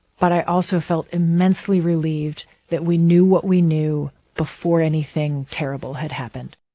but i also felt immensely relieved that we knew what we knew before anything terrible had happened